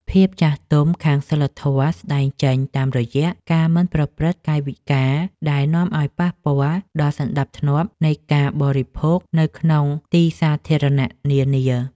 ភាពចាស់ទុំខាងសីលធម៌ស្តែងចេញតាមរយៈការមិនប្រព្រឹត្តកាយវិការដែលនាំឱ្យប៉ះពាល់ដល់សណ្តាប់ធ្នាប់នៃការបរិភោគនៅក្នុងទីសាធារណៈនានា។